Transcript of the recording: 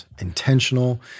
Intentional